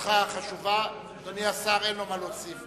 שאלתך חשובה, אדוני השר אין לו מה להוסיף.